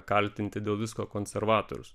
kaltinti dėl visko konservatorius